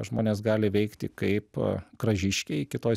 žmonės gali veikti kaip kražiškiai kitoj